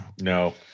no